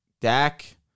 Dak